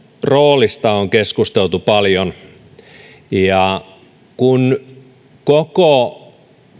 roolista on keskusteltu paljon kun koko